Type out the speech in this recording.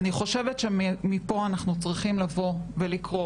אני חושבת שמפה אנחנו צריכים לבוא ולקרוא